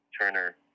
Turner